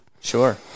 Sure